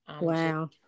wow